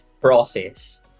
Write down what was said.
process